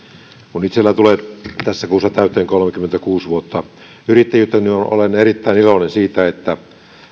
kun itsellä tulee tässä kuussa täyteen kolmekymmentäkuusi vuotta yrittäjyyttä niin olen erittäin iloinen siitä että